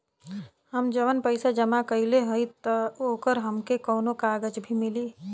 हम जवन पैसा जमा कइले हई त ओकर हमके कौनो कागज भी मिली?